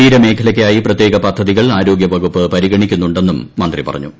തീരമേഖലയ്ക്കായി പ്രത്യേക പദ്ധതികൾ ആരോഗ്യവകുപ്പ് പരിഗണിക്കുന്നുണ്ടെന്നും മന്ത്രി പറഞ്ഞു